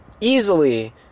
easily